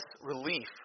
relief